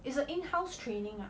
it's a inhouse training ah